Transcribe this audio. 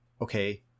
okay